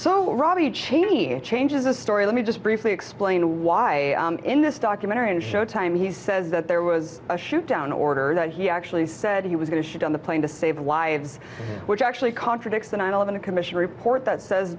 so robby cheney changes a story let me just briefly explain why in this documentary in show time he says that there was a shoot down order that he actually said he was going to shoot down the plane to save lives which actually contradicts the nine eleven commission report that says